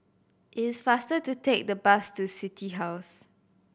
it is faster to take the bus to City House